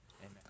Amen